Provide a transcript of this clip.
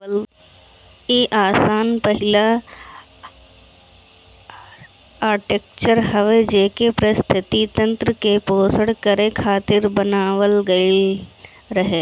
इ अइसन पहिला आर्कीटेक्चर हवे जेके पारिस्थितिकी तंत्र के पोषण करे खातिर बनावल गईल रहे